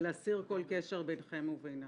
-- ולהסיר כל קשר ביניכם לבינה.